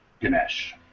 Ganesh